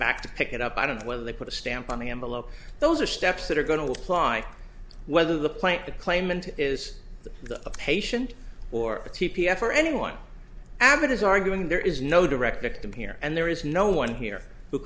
back to pick it up i don't know whether they put a stamp on the envelope those are steps that are going to apply whether the plant the claimant is the patient or the t p s for anyone abbott is arguing there is no direct victim here and there is no one here who